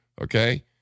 okay